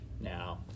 now